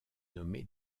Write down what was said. nommé